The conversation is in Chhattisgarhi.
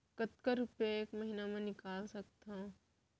कतका रुपिया एक महीना म निकाल सकथव?